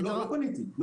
לא פניתי.